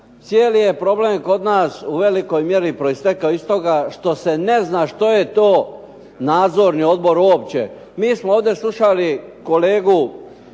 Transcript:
Cijeli je problem kod nas u velikoj mjeri proistekao iz toga što se ne zna što je to nadzorni odbor uopće. Mi smo ovdje slušali kolegu